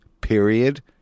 Period